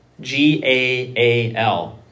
g-a-a-l